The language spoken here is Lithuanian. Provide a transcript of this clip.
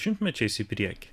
šimtmečiais į priekį